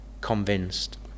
convinced